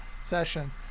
session